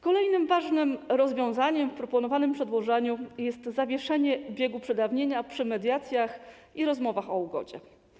Kolejnym ważnym rozwiązaniem w proponowanym przedłożeniu jest zawieszenie biegu przedawnienia przy mediacjach i rozmowach o ugodzie.